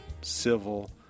civil